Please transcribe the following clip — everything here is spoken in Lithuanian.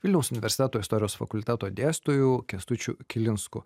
vilniaus universiteto istorijos fakulteto dėstytoju kęstučiu kilinsku